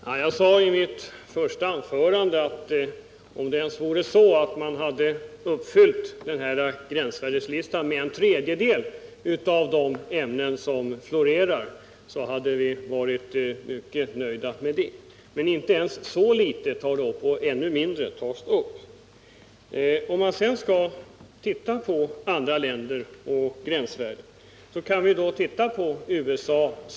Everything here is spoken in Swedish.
Herr talman! Jag sade i mitt första anförande, att om man hade uppfyllt kraven i gränsvärdeslistan när det gäller en tredjedel av de ämnen det är fråga om, hade vi varit mycket nöjda. Men inte ens så mycket tas upp. Om man sedan skall se på gränsvärdena i andra länder, kan vi välja exempelvis USA.